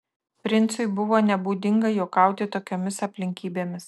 princui buvo nebūdinga juokauti tokiomis aplinkybėmis